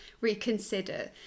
reconsider